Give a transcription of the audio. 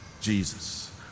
Jesus